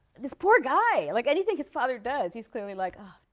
this poor guy. like anything his father does he's clearly like oh,